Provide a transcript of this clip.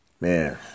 man